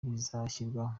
bizashyirwa